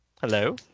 Hello